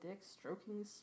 stroking